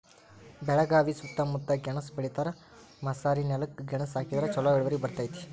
ಬೆಳಗಾವಿ ಸೂತ್ತಮುತ್ತ ಗೆಣಸ್ ಬೆಳಿತಾರ, ಮಸಾರಿನೆಲಕ್ಕ ಗೆಣಸ ಹಾಕಿದ್ರ ಛಲೋ ಇಳುವರಿ ಬರ್ತೈತಿ